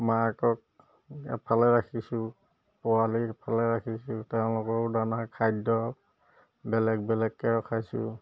মাকক এফালে ৰাখিছোঁ পোৱালি এফালে ৰাখিছোঁ তেওঁলোকৰো দানা খাদ্য বেলেগ বেলেগকৈ ৰখাইছোঁ